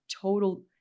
total